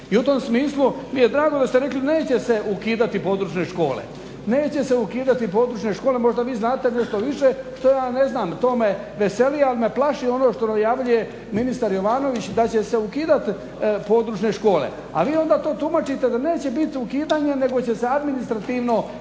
I u tom smislu mi je drago da ste rekli "neće se ukidati područne škole", neće se ukidati područne škole, možda vi znate nešto više što ja ne znam, to me veseli, ali me plaši ono što najavljuje ministar Jovanović da će se ukidati područne škole. Ali vi onda to tumačite da neće biti ukidanje nego će se administrativno